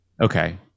okay